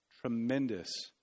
tremendous